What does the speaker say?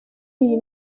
iyi